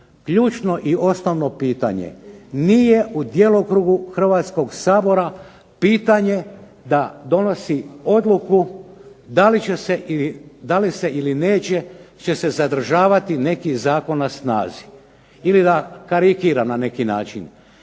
Ključno i osnovno pitanje. Nije u djelokrugu HRvatskog sabora pitanje da donosi odluku da li se ili neće će se zadržavati neki zakon na snazi. Ili da karikiram na neki način.